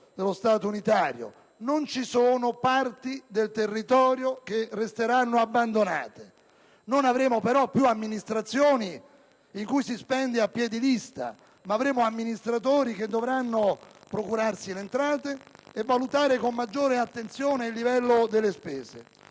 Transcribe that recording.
dello Stato unitario. Non ci sono parti del territorio che resteranno abbandonate. Non avremo però più amministrazioni in cui si spende a piè di lista, ma avremo amministratori che dovranno procurarsi le entrate e valutare con maggiore attenzione il livello delle spese.